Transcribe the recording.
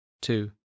two